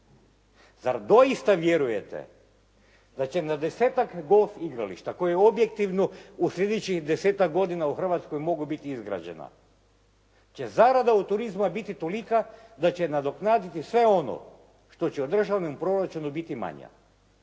Zar doista vjerujete da će na desetak golf igrališta koje objektivno u sljedećih desetak godina u Hrvatskoj mogu biti izgrađena će zarada od turizma biti tolika da će nadoknaditi sve ono što će u državnom proračunu biti manja.